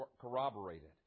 corroborated